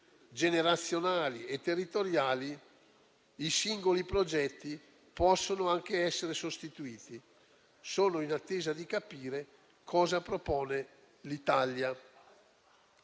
generazionali e territoriali, i singoli progetti possono anche essere sostituiti, sono in attesa di capire cosa propone l'Italia.